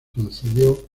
concedió